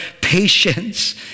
patience